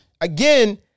Again